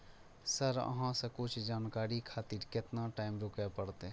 Sir अहाँ से कुछ जानकारी खातिर केतना टाईम रुके परतें?